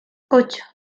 ocho